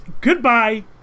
Goodbye